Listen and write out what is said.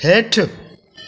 हेठि